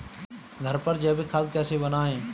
घर पर जैविक खाद कैसे बनाएँ?